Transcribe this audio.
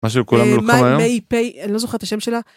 ‫מה שכולנו לוקחים היום? ‫-מאי פיי, אני לא זוכרת השם שלה.